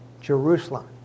Jerusalem